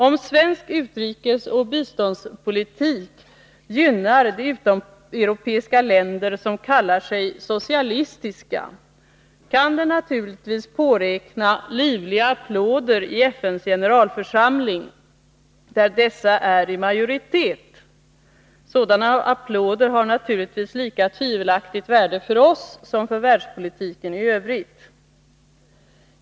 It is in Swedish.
Om svensk utrikesoch biståndspolitik gynnar de utomeuropeiska länder som kallar sig socialistiska, kan den naturligtvis påräkna livliga applåder i FN:s generalförsamling, där dessa är i majoritet. Sådana applåder har lika tvivelaktigt värde för oss som för världspolitiken i övrigt.